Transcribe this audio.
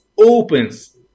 opens